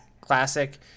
classic